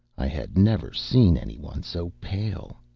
i had never seen any one so pale.